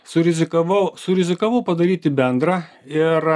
surizikavau surizikavau padaryti bendrą ir